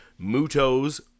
Muto's